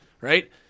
Right